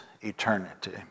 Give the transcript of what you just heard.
eternity